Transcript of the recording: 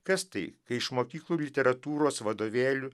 kas tai kai iš mokyklų literatūros vadovėlių